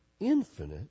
infinite